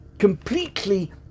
completely